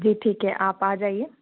जी ठीक है आप आ जाइए